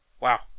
wow